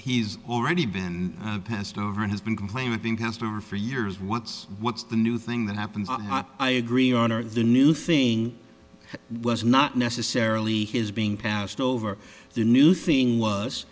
he's already been passed over and has been claim of being passed over for years what's what's the new thing that happened i agree on or the new thing was not necessarily his being passed over the new thing was